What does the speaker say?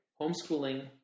homeschooling